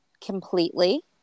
completely